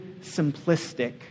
simplistic